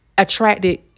attracted